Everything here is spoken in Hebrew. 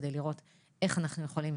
כדי לראות איך אנחנו יכולים